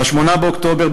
ב-8 באוקטובר,